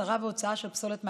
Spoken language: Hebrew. הסרה והוצאה של פסולת מהקרקעית.